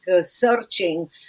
searching